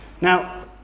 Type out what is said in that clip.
Now